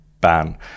ban